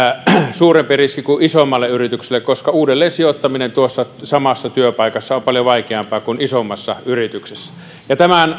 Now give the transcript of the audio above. suurempi riski kuin isommalle yritykselle koska uudelleen sijoittaminen tuossa samassa työpaikassa on paljon vaikeampaa kuin isommassa yrityksessä tämän